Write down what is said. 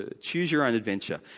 Choose-your-own-adventure